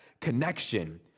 connection